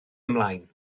ymlaen